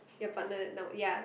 your partner now ya